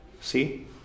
See